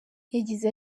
yagize